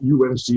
UNC